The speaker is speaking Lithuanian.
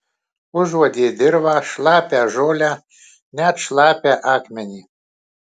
užuodė dirvą šlapią žolę net šlapią akmenį